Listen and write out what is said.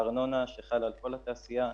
הארנונה שחלה על כל התעשייה,